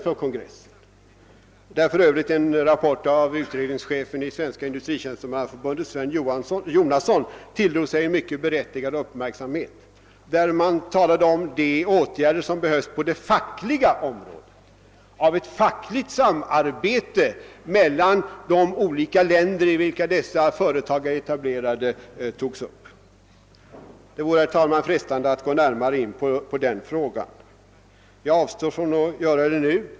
På kongressen framlades för övrigt en rapport av utredningschefen i Svenska industritjänstemannaförbundet Sven Jonasson, vilken tilldrog sig en mycket berättigad uppmärksamhet. Det talades på kongressen om de åtgärder som behövdes på det fackliga området. Man tog där upp frågan om ett fackligt samarbete mellan de länder, i vilka dessa företag är etablerade. Det vore, herr talman, frestande att gå närmare in på den frågan. Jag avstår dock från att göra detta nu.